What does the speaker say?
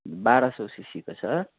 बाह्र सौ सिसीको छ